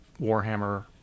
warhammer